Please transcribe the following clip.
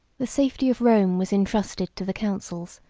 the safety of rome was intrusted to the counsels,